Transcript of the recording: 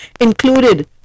included